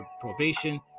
probation